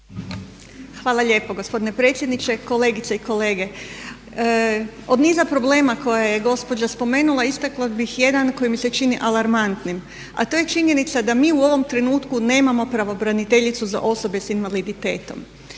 Hvala lijepo gospodine predsjedniče, kolegice i kolege. Od niza problema koje je gospođa spomenula istakla bih jedan koji mi se čini alarmantnim a to je činjenica da mi u ovom trenutku nemamo pravobraniteljicu za osobe sa invaliditetom.